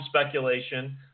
speculation